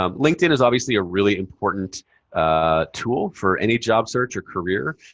um linkedin is obviously a really important tool for any job search or career.